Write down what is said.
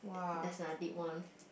that's another deep one